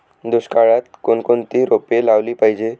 दुष्काळात कोणकोणती रोपे लावली पाहिजे?